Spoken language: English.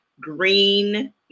Green